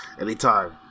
Anytime